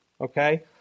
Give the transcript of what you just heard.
Okay